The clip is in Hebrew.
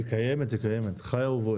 יש כאן "המנהל".